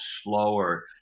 slower